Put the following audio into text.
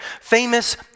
Famous